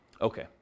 Okay